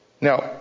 Now